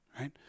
right